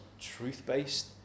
truth-based